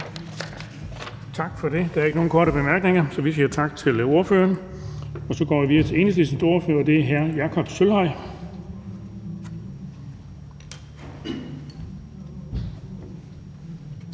Tak for det. Der er ikke nogen korte bemærkninger, så vi siger tak til ordføreren. Og så går vi videre til Frie Grønne – jeg ser ikke lige nogen.